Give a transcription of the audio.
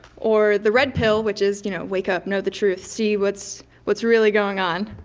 or the red pill which is, you know, wake up, know the truth, see what's what's really going on.